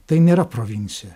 tai nėra provincija